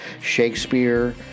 shakespeare